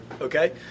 okay